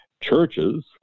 churches